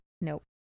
Nope